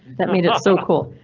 that made it so cool,